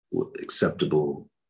acceptable